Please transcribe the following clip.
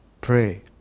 Pray